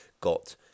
got